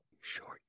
short